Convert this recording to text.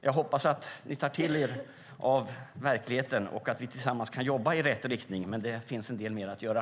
Jag hoppas att ni tar till er av verkligheten och att vi tillsammans kan jobba i rätt riktning, men det finns en del mer att göra.